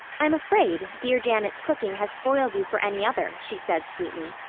i'm afraid dear janet's cooking has spoiled you for any other she said sweetly.